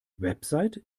website